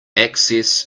access